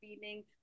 feeling